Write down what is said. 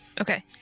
Okay